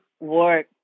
work